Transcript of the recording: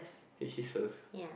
hisses